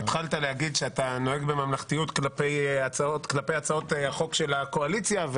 התחלת להגיד שאתה נוהג בממלכתיות כלפי הצעות החוק של הקואליציה,